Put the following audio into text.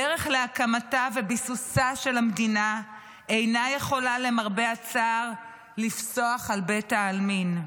הדרך להקמתה וביסוסה של המדינה אינה יכולה לפסוח על בית העלמין,